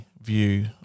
view